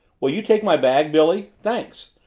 will you take my bag, billy thanks.